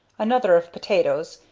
another of potatoes,